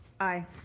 Aye